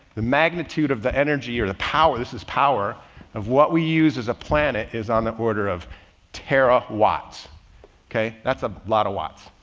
the magnitude of the energy or the power, this is power of what we use as a planet is on the order of terawatts. okay? that's a lot of watts,